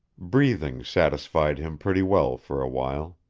breathing satisfied him pretty well for a while.